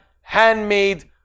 handmade